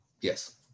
Yes